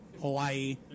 Hawaii